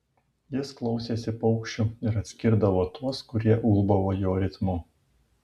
jis klausėsi paukščių ir atskirdavo tuos kurie ulbavo jo ritmu